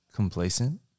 complacent